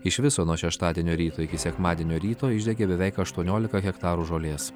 iš viso nuo šeštadienio ryto iki sekmadienio ryto išdegė beveik aštuoniolika hektarų žolės